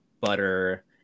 butter